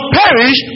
perish